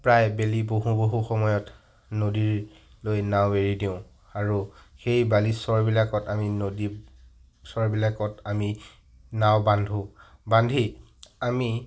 প্ৰায় বেলি বহো বহো সময়ত নদীলৈ নাও এৰি দিওঁ আৰু সেই বালিচৰবিলাকত আমি নদী চৰবিলাকত আমি নাও বান্ধো বান্ধি আমি